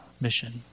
mission